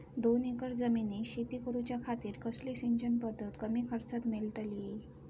दोन एकर जमिनीत शेती करूच्या खातीर कसली सिंचन पध्दत कमी खर्चात मेलतली?